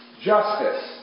Justice